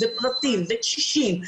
קשישים,